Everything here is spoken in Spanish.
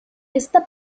esta